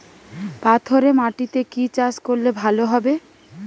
পাথরে মাটিতে কি চাষ করলে ভালো হবে?